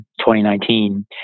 2019